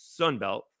Sunbelt